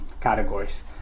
categories